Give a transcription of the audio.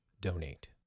donate